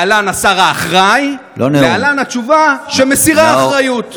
להלן השר האחראי, להלן התשובה שמסירה אחריות.